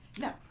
no